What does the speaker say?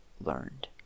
learned